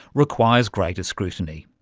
requires greater scrutiny.